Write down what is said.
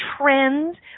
trends